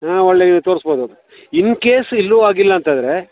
ಹಾಂ ಒಳ್ಳೆ ತೋರಿಸಬಹುದು ಇನ್ ಕೇಸ್ ಇಲ್ಲೂ ಆಗಿಲ್ಲಾಂತಂದ್ರೆ